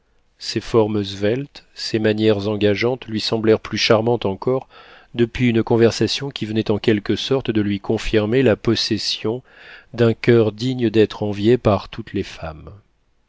ses formes sveltes ses manières engageantes lui semblèrent plus charmantes encore depuis une conversation qui venait en quelque sorte de lui confirmer la possession d'un coeur digne d'être envié par toutes les femmes